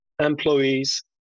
Employees